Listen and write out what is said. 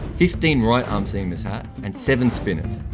fifteen right arm seamers had, and seven spinners.